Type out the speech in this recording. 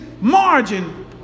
margin